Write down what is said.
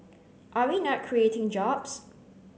are we not creating jobs